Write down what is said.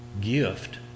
gift